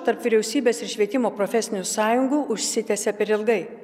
tarp vyriausybės ir švietimo profesinių sąjungų užsitęsė per ilgai